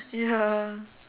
ya